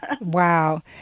Wow